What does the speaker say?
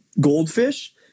goldfish